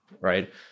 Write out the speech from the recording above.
right